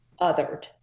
othered